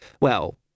Well